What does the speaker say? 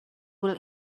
will